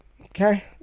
okay